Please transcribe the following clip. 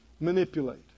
Manipulate